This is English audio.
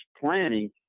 planning